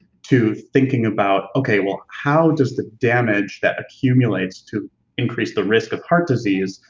to thinking about, okay, well how does the damage that accumulates to increase the risk of heart disease,